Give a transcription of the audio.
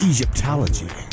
Egyptology